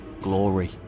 Glory